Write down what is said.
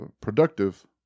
productive